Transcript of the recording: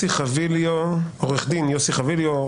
עורך הדין יוסי חביליו,